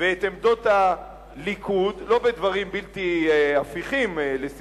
ואת עמדות הליכוד לא בדברים בלתי הפיכים, לשמחתי,